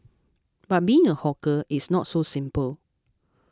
but being a hawker it's not so simple